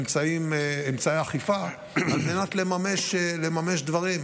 אמצעי אכיפה, על מנת לממש דברים.